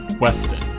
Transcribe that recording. Weston